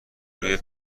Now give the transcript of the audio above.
روی